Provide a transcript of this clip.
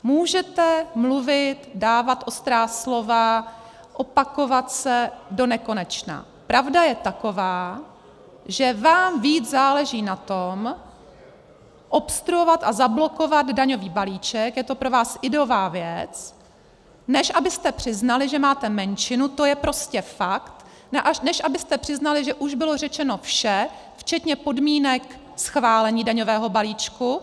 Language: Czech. Můžete mluvit, dávat ostrá slova, opakovat se donekonečna, pravda je taková, že vám víc záleží na tom obstruovat a zablokovat daňový balíček, je to pro vás ideová věc, než abyste přiznali, že máte menšinu, to je prostě fakt, než abyste přiznali, že už bylo řečeno vše, včetně podmínek schválení daňového balíčku.